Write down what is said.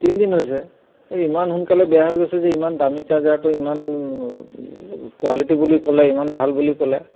তিনিদিন হৈছে এই ইমান সোনকালে বেয়া হৈ গৈছে যে ইমান দামী চাৰ্জাৰটো ইমান কুৱালিটী বুলি ক'লে ইমান ভাল বুলি ক'লে